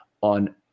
on